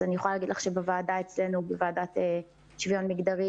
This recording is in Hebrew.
ואני יכולה להגיד לך שבוועדה לשוויון מגדרי